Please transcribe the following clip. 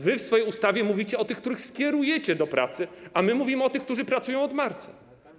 Wy w swojej ustawie mówicie o tych, których skierujecie do pracy, a my mówimy o tych, którzy pracują od marca.